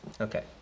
Okay